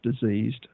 diseased